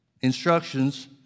instructions